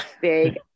big